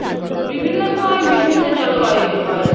বিভিন্ন সময়ে বিভিন্ন জলবায়ু হয়